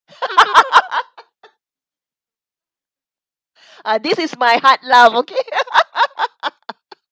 ah this is my hard laugh okay